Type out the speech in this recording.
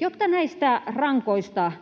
Jotta näistä rankoista